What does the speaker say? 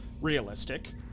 realistic